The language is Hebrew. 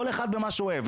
כל אחד במה שהוא אוהב,